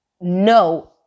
no